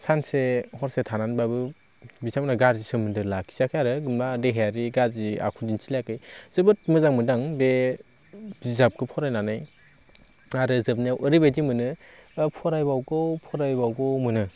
सानसे हरसे थानानैबाबो बिथांमोनहा गाज्रि सोमोन्दो लाखियाखै आरो बा देहायारि गाज्रि आखु दिन्थिलाइयाखै जोबोद मोजां मोनदों बे बिजाबखौ फरायनानै आरो जोबनायाव ओरैबादि मोनो फरायबावगौ फरायबावगौ मोनो